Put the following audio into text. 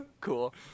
Cool